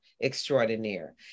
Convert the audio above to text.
extraordinaire